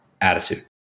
attitude